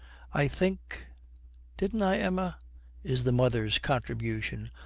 i think didn't i, emma is the mother's contribution,